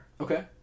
Okay